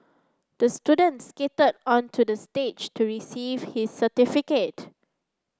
the student skated onto the stage to receive his certificate